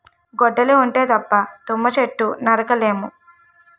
గొడ్డలి ఉంటే తప్ప తుమ్మ చెట్టు నరక లేము